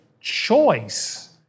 choice